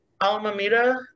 Alameda